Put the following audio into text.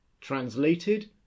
TRANSLATED